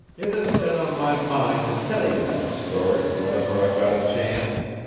it has been on my mind to tell you that story, whenever i got a chance.